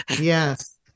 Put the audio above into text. Yes